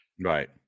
Right